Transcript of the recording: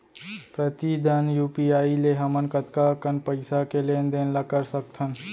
प्रतिदन यू.पी.आई ले हमन कतका कन पइसा के लेन देन ल कर सकथन?